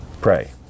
Pray